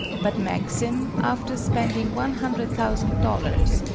but maxim, after spending one hundred thousand dollars,